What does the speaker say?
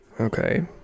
Okay